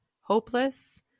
hopeless